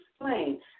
explain